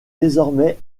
désormais